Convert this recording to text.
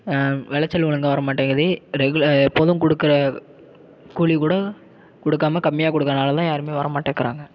விளைச்சல் ஒழுங்காக வரமாட்டேங்குது எப்போதும் கொடுக்குற கூலி கூட கொடுக்காம கம்மியாக கொடுக்கறதுனால தான் யாருமே வர மாட்டேங்குறாங்க